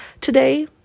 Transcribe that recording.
today